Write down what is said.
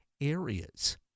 areas